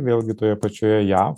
vėlgi toje pačioje jav